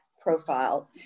profile